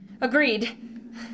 Agreed